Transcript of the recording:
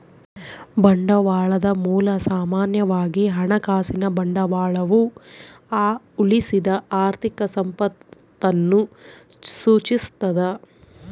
ಬಂಡವಾಳದ ಮೂಲ ಸಾಮಾನ್ಯವಾಗಿ ಹಣಕಾಸಿನ ಬಂಡವಾಳವು ಉಳಿಸಿದ ಆರ್ಥಿಕ ಸಂಪತ್ತನ್ನು ಸೂಚಿಸ್ತದ